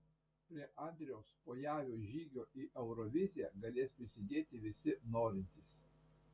prie andriaus pojavio žygio į euroviziją galės prisidėti visi norintys